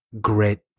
grit